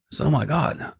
so oh my god,